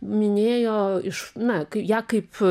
minėjo iš na kai ją kaip